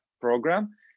program